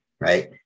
right